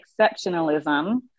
Exceptionalism